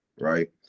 right